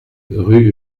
rue